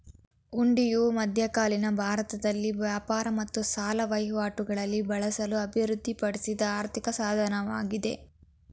ಹುಂಡಿಯು ಮಧ್ಯಕಾಲೀನ ಭಾರತದಲ್ಲಿ ವ್ಯಾಪಾರ ಮತ್ತು ಸಾಲ ವಹಿವಾಟುಗಳಲ್ಲಿ ಬಳಸಲು ಅಭಿವೃದ್ಧಿಪಡಿಸಿದ ಆರ್ಥಿಕ ಸಾಧನವಾಗಿದೆ